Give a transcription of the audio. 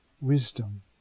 Wisdom